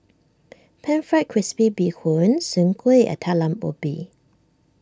Pan Fried Crispy Bee Hoon Soon Kueh and Talam Ubi